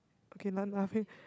okay not laughing